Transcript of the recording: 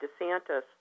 DeSantis